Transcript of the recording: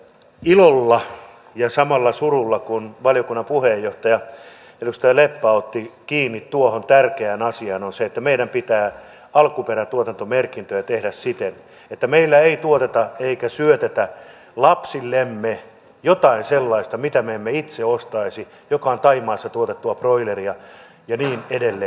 ilolla ja samalla surulla kun valiokunnan puheenjohtaja edustaja leppä otti kiinni tuohon tärkeään asiaan on todettava se että meidän pitää alkuperätuotantomerkintöjä tehdä siten että meillä ei tuoteta eikä syötetä lapsillemme jotain sellaista mitä me emme itse ostaisi joka on thaimaassa tuotettua broileria ja niin edelleen